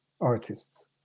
artists